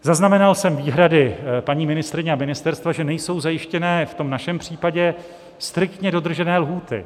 Zaznamenal jsem výhrady paní ministryně a ministerstva, že nejsou zajištěny v tom našem případě striktně dodržené lhůty.